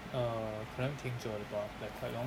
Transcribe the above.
err 可能挺久的吧 like quite long